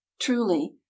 truly